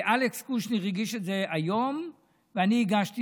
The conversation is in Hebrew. אלכס קושניר הגיש את זה היום ואני הגשתי